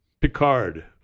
Picard